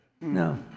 No